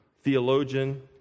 theologian